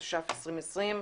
התש"ף-2020.